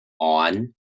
on